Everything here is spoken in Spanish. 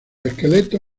esqueletos